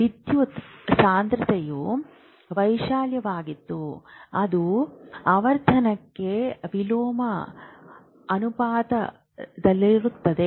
ವಿದ್ಯುತ್ ಸಾಂದ್ರತೆಯು ವೈಶಾಲ್ಯವಾಗಿದ್ದು ಅದು ಆವರ್ತನಕ್ಕೆ ವಿಲೋಮ ಅನುಪಾತದಲ್ಲಿರುತ್ತದೆ